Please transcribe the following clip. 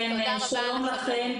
שלום לכם.